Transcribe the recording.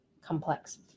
Complex